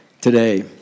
today